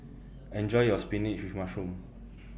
Enjoy your Spinach with Mushroom